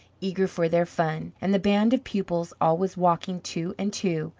eager for their fun, and the band of pupils always walking two and two,